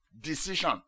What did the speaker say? decision